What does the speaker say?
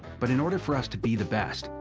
but in order for us to be the best,